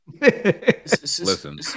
Listen